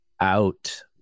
out